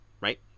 right